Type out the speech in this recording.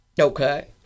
Okay